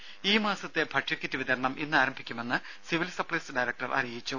രുമ ഈ മാസത്തെ ഭക്ഷ്യക്കിറ്റ് വിതരണം ഇന്ന് ആരംഭിക്കുമെന്ന് സിവിൽ സപ്ലൈസ് ഡയറക്ടർ അറിയിച്ചു